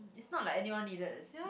it's not like anyone needed a seat